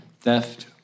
theft